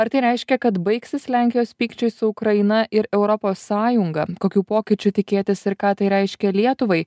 ar tai reiškia kad baigsis lenkijos pykčiai su ukraina ir europos sąjunga kokių pokyčių tikėtis ir ką tai reiškia lietuvai